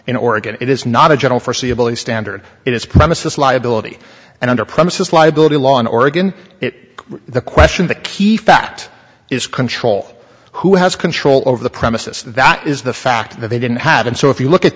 in oregon it is not a general forseeable the standard it is premises liability and under premises liability law in oregon it the question the key fact is control who has control over the premises that is the fact that they didn't have and so if you look at